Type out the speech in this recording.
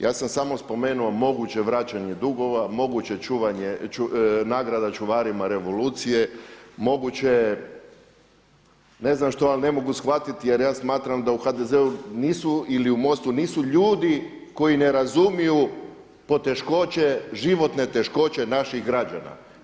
Ja sam samo spomenuo moguće vraćanje dugova, moguće čuvanje nagrada čuvarima revolucije, moguće ne znam što ali ne mogu shvatiti jer ja smatram da u HDZ-u nisu ili u MOST-u nisu ljudi koji ne razumiju poteškoće, životne teškoće naših građana.